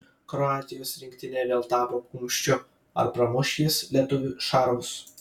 kroatijos rinktinė vėl tapo kumščiu ar pramuš jis lietuvių šarvus